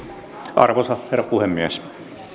arvoisa herra puhemies